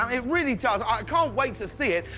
um it really does. i can't wait to see it.